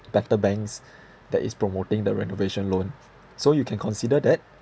better banks that is promoting the renovation loan so you can consider that